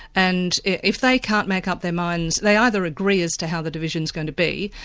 and if they can't make up their minds, they either agree as to how the division's going to be,